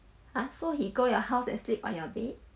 ah so he go your house and sleep on your bed